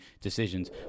decisions